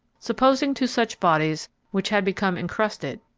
supposing two such bodies which had become encrusted,